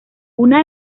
una